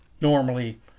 normally